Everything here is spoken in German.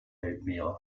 weltmeere